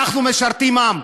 אנחנו משרתים עם.